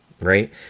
right